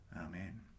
Amen